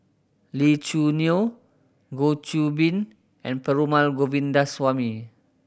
Lee Choo Neo Goh Qiu Bin and Perumal Govindaswamy